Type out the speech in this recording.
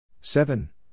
Seven